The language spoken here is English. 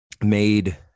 made